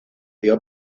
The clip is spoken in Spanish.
dio